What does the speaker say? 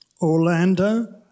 Orlando